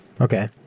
Okay